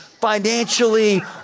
financially